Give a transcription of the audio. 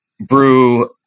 brew